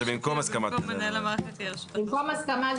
שבמקום הסכמת מנהל המערכת --- במקום הסכמה,